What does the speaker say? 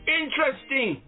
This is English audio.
interesting